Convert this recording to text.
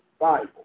Bible